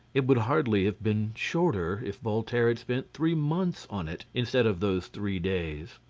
it would hardly have been shorter if voltaire had spent three months on it, instead of those three days.